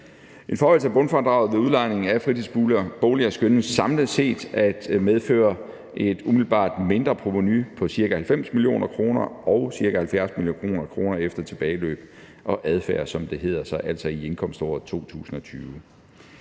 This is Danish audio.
En forhøjelse af bundfradraget ved udlejning af fritidsboliger skønnes samlet set at medføre et umiddelbart mindreprovenu på ca. 90 mio. kr. og ca. 70 mio. kr. efter tilbageløb og adfærd, som det hedder, altså i indkomståret 2020.